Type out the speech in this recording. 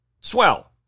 Swell